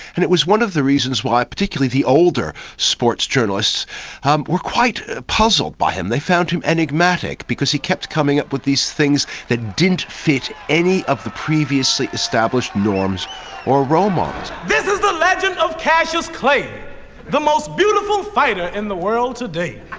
and it was one of the reasons why particularly the older sports journalists um were quite puzzled by him. they found him enigmatic because he kept coming up with these things that didn't fit any of the previous established norms or role models. this is the legend of cassius clay the most beautiful fighter in the world today.